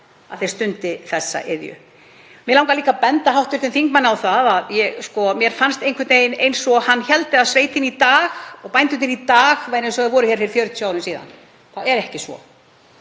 að þeir stundi þessa iðju. Mig langar líka að benda hv. þingmanni á það að mér fannst einhvern veginn eins og hann héldi að sveitin í dag og bændurnir í dag væru eins og þetta var hér fyrir 40 árum síðan. Það er ekki svo.